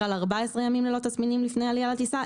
על 14 ימים ללא תסמינים לפני עלייה לטיסה,